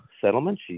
settlement